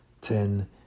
ten